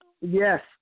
yes